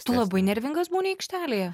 tu labai nervingas būni aikštelėje